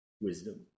wisdom